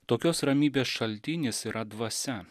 tokios ramybės šaltinis yra dvasia